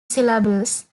syllables